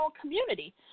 community